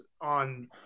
on